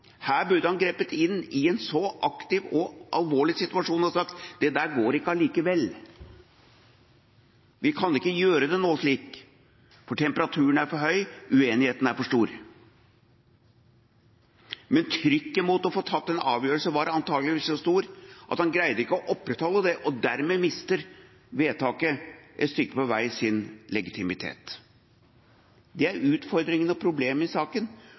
burde aktivt grepet inn i en så alvorlig situasjon og sagt at det der går ikke allikevel, vi kan ikke gjøre det slik nå, for temperaturen er for høy, uenigheten er for stor. Men trykket på å få tatt en avgjørelse var antageligvis så stort at han ikke greide å opprettholde det, og dermed mister vedtaket et stykke på vei sin legitimitet. Det er utfordringen og problemet i saken,